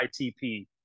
itp